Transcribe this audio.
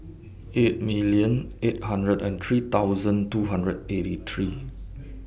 eight million eight hundred and three thousand two hundred eighty three